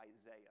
Isaiah